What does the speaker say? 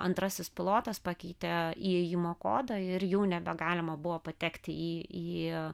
antrasis pilotas pakeitė įėjimo kodą ir jau nebegalima buvo patekti į į